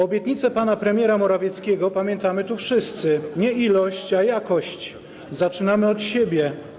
Obietnice pana premiera Morawieckiego pamiętamy tu wszyscy, cytuję: nie ilość, a jakość, zaczynamy od siebie.